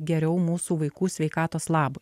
geriau mūsų vaikų sveikatos labui